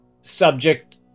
Subject